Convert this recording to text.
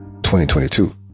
2022